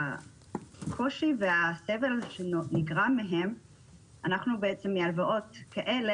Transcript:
הקושי והסבל שנגרם מהלוואות כאלה,